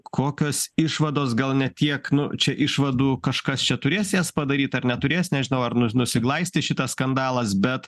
kokios išvados gal ne tiek nu čia išvadų kažkas čia turės jas padaryt ar neturės nežinau ar nus nusiglaistys šitas skandalas bet